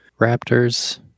raptors